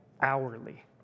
hourly